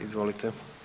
Izvolite.